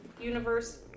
universe